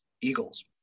eagles